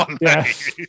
Yes